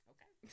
Okay